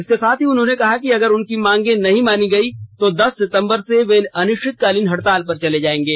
इसके साथ ही उन्होंने कहा कि अगर उनकी मांगें नहीं मानी गयीं तो दस सितंबर से वे अनिश्चितकालीन हड़ताल पर चले जायेंगे